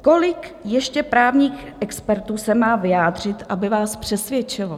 Kolik ještě právních expertů se má vyjádřit, aby vás přesvědčilo?